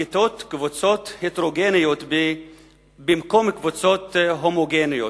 כיתות, קבוצות הטרוגניות במקום קבוצות הומוגניות,